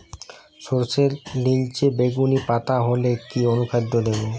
সরর্ষের নিলচে বেগুনি পাতা হলে কি অনুখাদ্য দেবো?